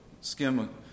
skim